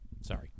Sorry